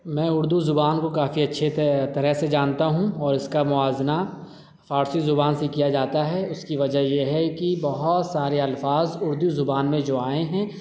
میں اردو زبان کو کافی اچھے سے طرح سے جانتا ہوں اور اس کا موازنہ فارسی زبان سے کیا جاتا ہے اس کی وجہ یہ ہے کہ بہت سارے الفاظ اردو زبان میں جو آئے ہیں